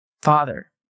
father